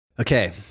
Okay